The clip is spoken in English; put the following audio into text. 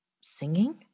singing